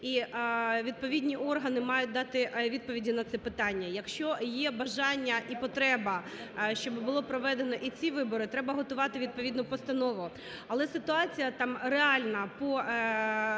І відповідні органи мають дати відповіді на ці питання. Якщо є бажання і потреба, щоб було проведено і ці вибори, треба готувати відповідну постанову. Але ситуація там реальна